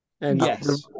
Yes